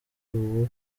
ubu